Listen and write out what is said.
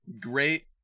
Great